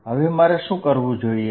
હવે મારે શું કરવું જોઈએ